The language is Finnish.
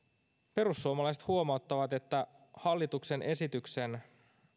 perussuomalaiset huomauttavat että hallituksen esityksen